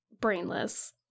brainless